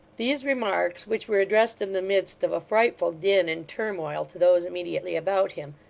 these remarks, which were addressed in the midst of a frightful din and turmoil to those immediately about him,